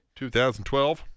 2012